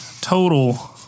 total